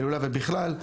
להילולה ובכלל,